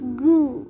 goo